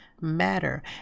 matter